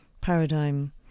paradigm